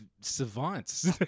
savants